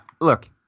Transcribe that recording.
look